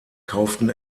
kauften